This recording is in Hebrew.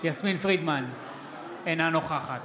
אינה נוכחת